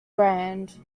brand